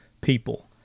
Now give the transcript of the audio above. people